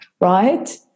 right